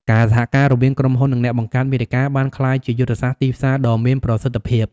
ការសហការរវាងក្រុមហ៊ុន និងអ្នកបង្កើតមាតិកាបានក្លាយជាយុទ្ធសាស្ត្រទីផ្សារដ៏មានប្រសិទ្ធភាព។